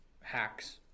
hacks